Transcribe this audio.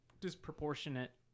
disproportionate